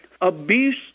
abuse